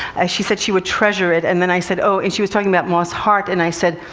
she said she would treasure it. and then i said oh, and she was talking about moss hart, and i said,